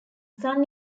sun